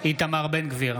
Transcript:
איתמר בן גביר,